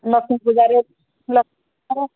ଲକ୍ଷ୍ମୀ ପୂଜାରେ ଲ୍